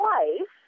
wife